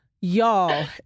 y'all